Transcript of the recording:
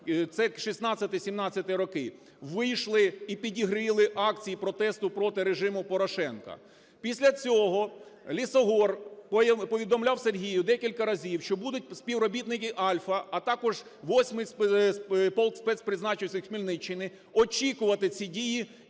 (це 2016-2017 роки) вийшли і підігріли акції протесту проти режиму Порошенка. Після цього Лісогор повідомляв Сергію декілька разів, що будуть співробітники "Альфа", а також 8-й полк спеціального призначення з Хмельниччини, очікувати ці дії і почнуть